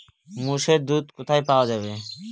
মোষের দুধ কোথায় পাওয়া যাবে?